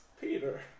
Peter